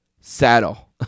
saddle